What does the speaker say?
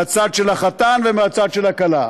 מהצד של החתן ומהצד של הכלה,